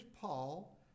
Paul